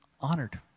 honored